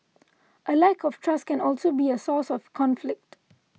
a lack of trust can also be a source of conflict